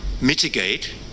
mitigate